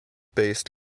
based